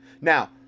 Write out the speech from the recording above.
now